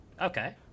Okay